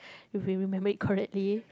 if we remember it correctly